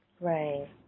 Right